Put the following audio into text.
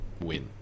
win